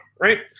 right